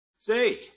Say